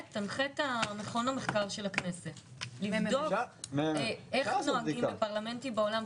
מכון המחקר של הכנסת לבדוק איך נוהגים בפרלמנטים בעולם,